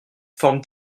forme